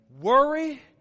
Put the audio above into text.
worry